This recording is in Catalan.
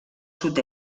sud